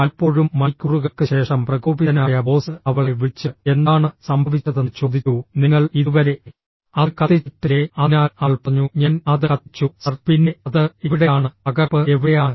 പലപ്പോഴും മണിക്കൂറുകൾക്ക് ശേഷം പ്രകോപിതനായ ബോസ് അവളെ വിളിച്ച് എന്താണ് സംഭവിച്ചതെന്ന് ചോദിച്ചു നിങ്ങൾ ഇതുവരെ അത് കത്തിച്ചിട്ടില്ലേ അതിനാൽ അവൾ പറഞ്ഞു ഞാൻ അത് കത്തിച്ചു സർ പിന്നെ അത് എവിടെയാണ് പകർപ്പ് എവിടെയാണ്